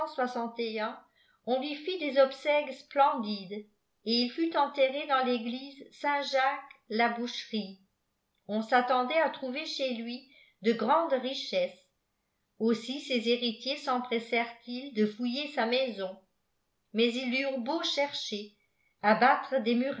on lui fit des obsèques splendides et il fut enterré dans l'église saintacques k boucherie on s'attendait à trouver chez lur de grandes richesses aisi ses héritiers sempressèrent ils de fouiller sa maison mais ils eurent beau chercher abattre des